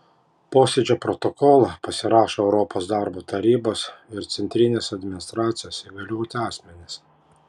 posėdžio protokolą pasirašo europos darbo tarybos ir centrinės administracijos įgalioti asmenys